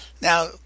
Now